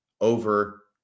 over